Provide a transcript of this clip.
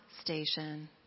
station